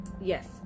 Yes